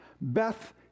Beth